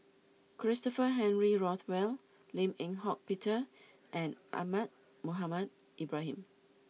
Christopher Henry Rothwell Lim Eng Hock Peter and Ahmad Mohamed Ibrahim